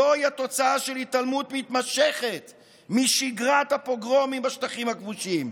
זוהי התוצאה של התעלמות מתמשכת משגרת הפוגרומים בשטחים הכבושים: